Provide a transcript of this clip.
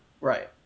right